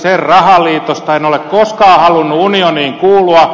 en ole koskaan halunnut unioniin kuulua